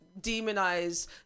demonize